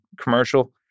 commercial